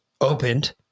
opened